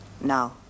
now